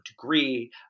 degree